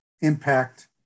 impact